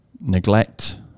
neglect